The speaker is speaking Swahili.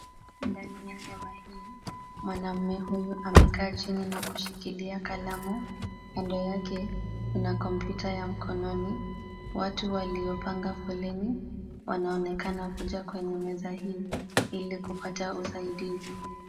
Ndani ya hema hii, mwanamume huyu amekaa chini na kushikilia kalamu. Kando yake, kuna kompyuta ya mkononi. Watu waliopanga foleni wanaonekana kujaa kwenye meza hii ili kupata usaidizi.